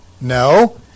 No